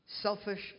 selfish